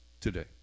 today